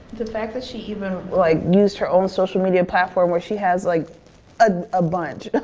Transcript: the fact that she even like used her own social media platform where she has like a ah bunch